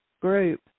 group